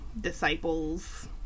disciples